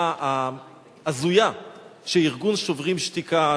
לידיעה ההזויה שארגון "שוברים שתיקה",